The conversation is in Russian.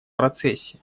процессе